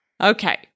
Okay